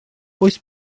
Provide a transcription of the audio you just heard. oes